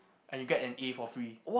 and you get an A for free